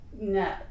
no